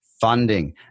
funding